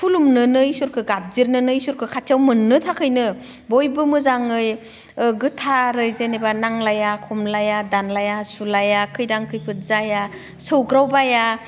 खुलुमनानै इसोरखो गाबज्रिनानै इसोरखो खाथियाव मोननो थाखैनो बयबो मोजाङै गोथारै जेनेबा नांज्लाया खमज्लाया दानलाया सुलाया खैदां खैफोद जाया सौग्रावबाया